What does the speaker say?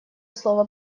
слово